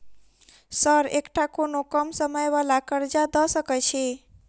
Sir एकटा कोनो कम समय वला कर्जा दऽ सकै छी?